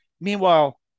Meanwhile